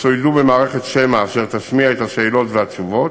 יצוידו במערכת שמע אשר תשמיע את השאלות והתשובות,